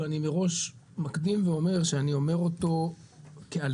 ואני מראש מקדים ואומר שאני אומר אותו כאלגוריה,